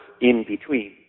in-between